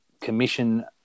commission